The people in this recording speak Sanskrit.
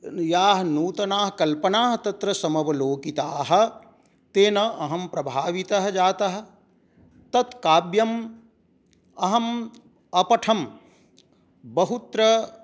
याः नूतनाः कल्पनाः तत्र समवलोकिताः तेन अहं प्रभावितः जातः तत् काव्यम् अहम् अपठम् बहुत्र